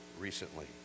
recently